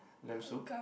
lamb soup